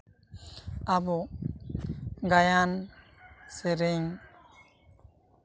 ᱟᱵᱚ ᱜᱟᱭᱟᱱ ᱥᱮᱨᱮᱧ